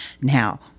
Now